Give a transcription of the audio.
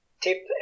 tip